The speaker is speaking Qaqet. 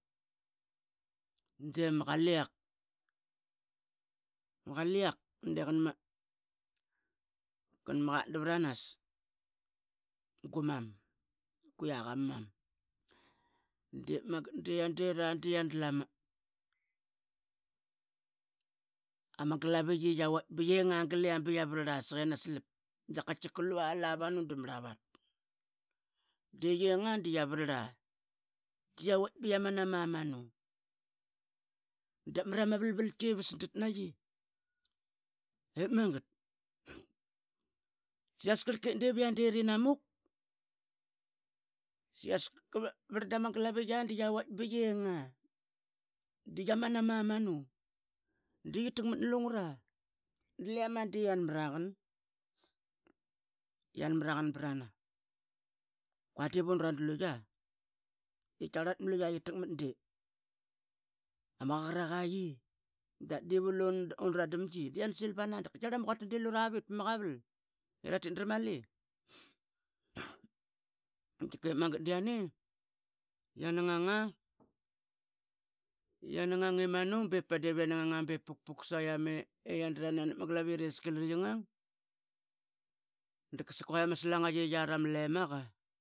De ma Qaliak. Qaliak de qanma Katdaveranas guman nguiak ama mam. dep magat dia de ra diama glaviqi qi nging sak yian a slap daqatkika lua yia vanu dama Ravat di yiang a dia vrarla dia vuaitk bia man ama manu dap mrama valval qii vasdat naqi. Ip magat siais qa kep dep yian deri namuk qan ka par dama glaviqi bsaqi qauitk bsai tkienga dia man ama manu di takmat lungara yianmraqan brana qua devun dan dlu yia tkiaqar atma luia qia takmat dia ma qaqaraqa yii. Undran damngi dap yiana sil bana dap ma quata de lura vit pama qaval i ratit dra mali. tkikep magat yiame dia na nganga i manu ivian ngang bep pukpuk saiam nap ma glaviqi a reska i lira tkingang daqsaqua ama slangia, i yiar ama lemaqa